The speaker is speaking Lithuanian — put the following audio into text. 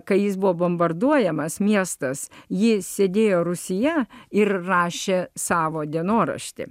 kai jis buvo bombarduojamas miestas ji sėdėjo rūsyje ir rašė savo dienoraštį